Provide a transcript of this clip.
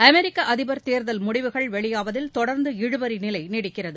அமெரிக்க அதிபர் தேர்தல் முடிவுகள் வெளியாவதில் தொடர்ந்து இழுபநி நிலை நீடிக்கிறது